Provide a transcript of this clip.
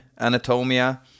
Anatomia